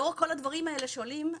לאור כל הדברים האלה שעולים,